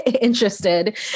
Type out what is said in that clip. Interested